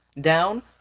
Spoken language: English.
down